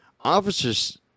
Officers